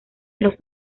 los